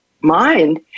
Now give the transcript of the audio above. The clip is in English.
mind